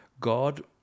God